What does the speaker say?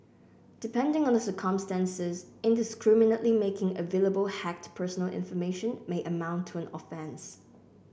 depending on the circumstances indiscriminately making available hacked personal information may amount to an offence